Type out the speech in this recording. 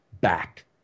back